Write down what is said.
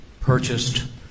purchased